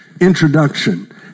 introduction